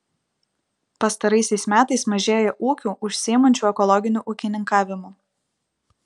pastaraisiais metais mažėja ūkių užsiimančių ekologiniu ūkininkavimu